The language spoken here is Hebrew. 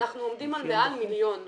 אנחנו עומדים על מעל מיליון שקלים.